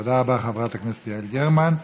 תודה רבה, חברת הכנסת גרמן.